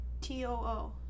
T-O-O